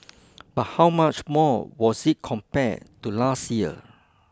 but how much more was it compared to last year